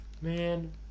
Man